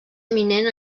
eminent